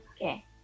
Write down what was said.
Okay